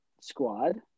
squad